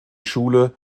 schule